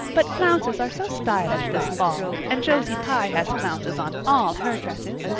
but flounces are so stylish this fall and josie pye has flounces on all her dresses.